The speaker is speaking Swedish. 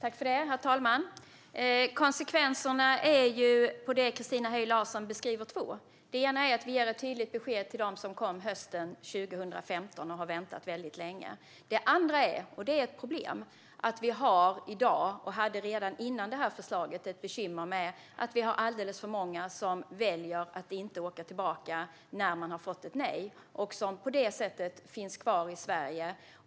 Herr talman! De konsekvenser som Christina Höj Larsen beskriver är två. Det ena är att vi ger ett tydligt besked till dem som kom hösten 2015 och har väntat väldigt länge. Det andra, vilket är ett problem, är att vi i dag har - och redan innan detta förslag lades fram hade - alldeles för många som väljer att inte åka tillbaka när de har fått ett nej och alltså finns kvar i Sverige.